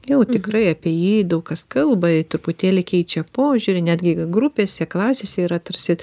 jau tikrai apie jį daug kas kalba į tuputėlį keičia požiūrį netgi grupėse klasėse yra tarsi